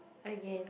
again